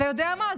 אתה יודע מה?